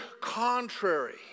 contrary